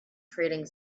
trading